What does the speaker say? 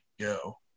go